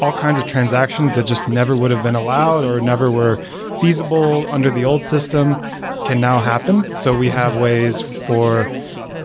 all kinds of transactions that just never would've been allowed or never were feasible under the old system can now happen. so we have ways for